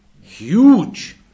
huge